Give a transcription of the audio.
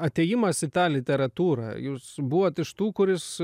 atėjimas į tą literatūrą jūs buvot iš tų kuris